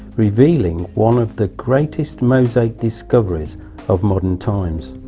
revealing one of the greatest mosaic discoveries of modern times.